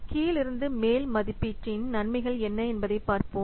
கீழிருந்து மேல் மதிப்பீட்டின் நன்மைகள் என்ன என்பதைப் பார்ப்போம்